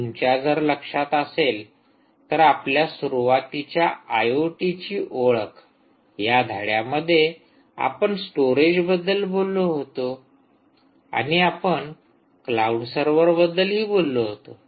तुमच्या जर लक्षात असेल तर आपल्या सुरुवातीच्या आयओटीची ओळख या धड्यांमध्ये आपण स्टोरेजबद्दल बोललो होतो आणि आपण क्लाऊड सर्व्हर बद्दलही बोललो होतो